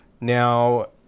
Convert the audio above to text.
Now